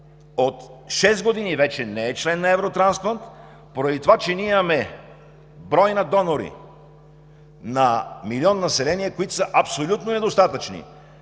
От шест години вече не е член на Евротрансплант, поради това че ние имаме брой на донори на милион население, които са абсолютно недостатъчни.